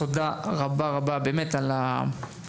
תודה רבה על העוצמות,